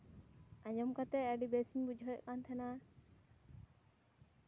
ᱟᱸᱡᱚᱢ ᱠᱟᱛᱮᱫ ᱟᱹᱰᱤ ᱵᱮᱥ ᱤᱧ ᱵᱩᱡᱷᱟᱹᱣ ᱮᱫ ᱠᱟᱱ ᱛᱟᱦᱮᱱᱟ